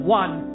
one